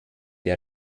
der